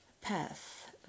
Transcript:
path